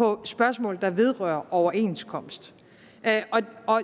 i spørgsmål, der vedrører overenskomst. Så